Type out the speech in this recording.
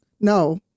No